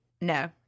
No